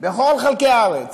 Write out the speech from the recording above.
בכל חלקי הארץ,